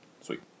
Sweet